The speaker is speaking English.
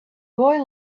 boy